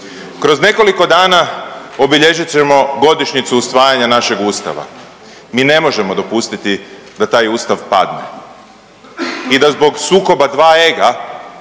Kroz nekoliko dana obilježit ćemo godišnjicu usvajanja našeg ustava, mi ne možemo dopustiti da taj ustav padne i da zbog sukoba dva ega